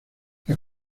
las